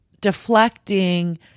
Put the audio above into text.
deflecting